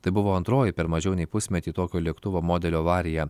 tai buvo antroji per mažiau nei pusmetį tokio lėktuvo modelio avarija